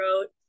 wrote